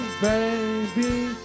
baby